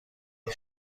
این